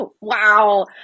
Wow